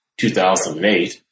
2008